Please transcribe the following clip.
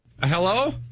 Hello